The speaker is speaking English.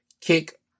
kick